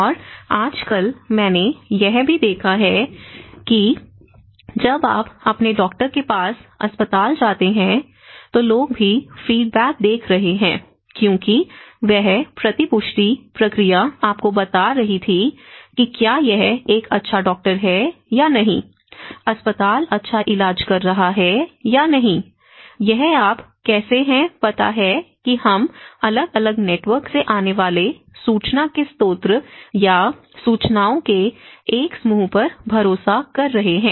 और आजकल मैंने यह भी देखा है कि जब आप अपने डॉक्टर के पास अस्पताल जाते हैं तो लोग भी फीडबैक देख रहे हैं क्योंकि वह प्रतिपुष्टि प्रक्रिया आपको बता रही थी कि क्या यह एक अच्छा डॉक्टर है या नहीं अस्पताल अच्छा इलाज कर रहा है या नहीं यह आप कैसे हैं पता है कि हम अलग अलग नेटवर्क से आने वाले सूचना के स्रोत या सूचनाओं के एक समूह पर भरोसा कर रहे हैं